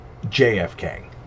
JFK